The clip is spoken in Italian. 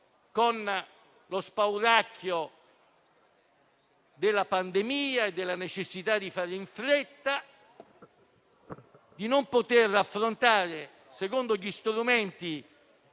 con lo spauracchio della pandemia e della necessità di fare in fretta, della facoltà di lavorare secondo gli strumenti